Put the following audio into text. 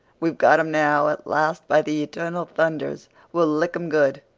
we've got em now. at last, by the eternal thunders, we'll lick em good!